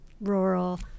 rural